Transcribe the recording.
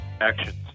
actions